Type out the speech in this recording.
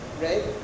right